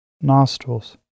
nostrils